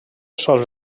sols